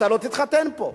אתה לא תתחתן פה.